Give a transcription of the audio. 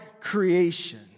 creation